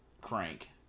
crank